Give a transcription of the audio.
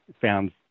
found